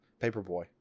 Paperboy